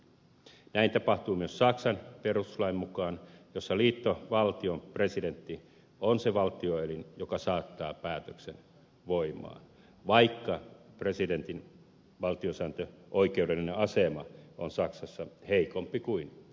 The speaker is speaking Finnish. näin tapahtuu myös saksan perustuslain mukaan jossa liittovaltion presidentti on se valtioelin joka saattaa päätöksen voimaan vaikka presidentin valtiosääntöoikeudellinen asema on saksassa heikompi kuin suomessa